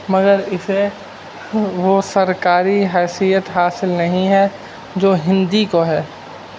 مگر اسے وہ سرکاری حیثیت حاصل نہیں ہے جو ہندی کو ہے